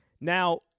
now